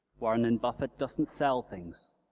warren and buffett doesn't sell things